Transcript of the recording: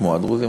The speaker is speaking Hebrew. כמו הדרוזים.